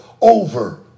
over